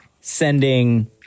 sending